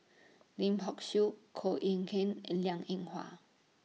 Lim Hock Siew Koh Eng Kian and Liang Eng Hwa